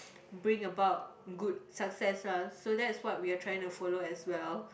bring about good success ah so that is what we are trying to follow as well